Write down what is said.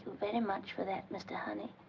very much for that, mr. honey.